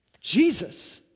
Jesus